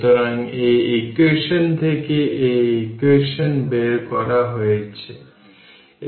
সুতরাং সেখান থেকে আমি জানতে পারি যে আমি C1 C2 C3 জানি কিনা এবং সবাই Ceq গণনা করতে পারে